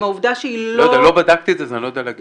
עם העובדה שההיא לא --- לא בדקתי את זה אז אני לא יודע להגיד.